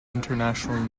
international